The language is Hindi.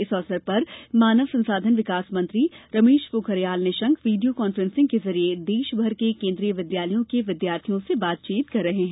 इस अवसर पर मानव संसाधन विकास मंत्री रमेश पोखरियाल निशंक वीडियो कांफ्रेसिंग के जरिए देशभर के केन्द्रीय विद्यालयों के विद्यार्थियों से बातचीत कर रहे हैं